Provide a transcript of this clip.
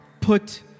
put